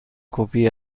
کپی